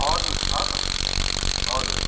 हजुर छ त हजुर